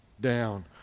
down